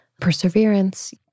perseverance